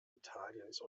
italiens